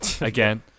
Again